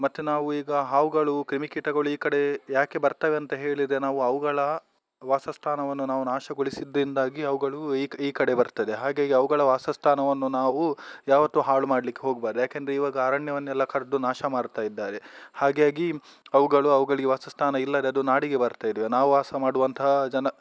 ಮತ್ತೆ ನಾವು ಈಗ ಹಾವುಗಳು ಕ್ರಿಮಿಕೀಟಗಳು ಈ ಕಡೆ ಯಾಕೆ ಬರ್ತವೆ ಅಂತ ಹೇಳಿದರೆ ನಾವು ಅವುಗಳ ವಾಸಸ್ಥಾನವನ್ನು ನಾವು ನಾಶಗೊಳಿಸಿದ್ರಿಂದಾಗಿ ಅವುಗಳು ಈ ಈ ಕಡೆ ಬರ್ತದೆ ಹಾಗಾಗಿ ಅವುಗಳ ವಾಸಸ್ಥಾನವನ್ನು ನಾವು ಯಾವತ್ತೂ ಹಾಳು ಮಾಡ್ಲಿಕ್ಕೆ ಹೋಗಬಾರ್ದು ಯಾಕೆಂದರೆ ಈವಾಗ ಅರಣ್ಯವನ್ನೆಲ್ಲ ಕಡಿದು ನಾಶ ಮಾಡ್ತಾ ಇದ್ದಾರೆ ಹಾಗಾಗಿ ಅವುಗಳು ಅವುಗಳಿಗೆ ವಾಸಸ್ಥಾನ ಇಲ್ಲದೆ ಅದು ನಾಡಿಗೆ ಬರ್ತಾ ಇದ್ದಾವೆ ನಾವು ವಾಸ ಮಾಡುವಂತಹ ಜನ